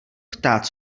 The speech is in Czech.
ptát